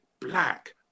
Black